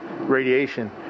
radiation